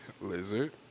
Lizard